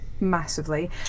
massively